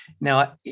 Now